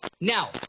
Now